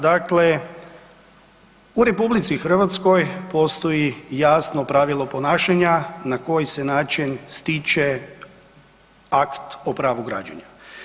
Dakle, u RH postoji jasno pravilo ponašanja na koji se način stiče akt o pravu građenja.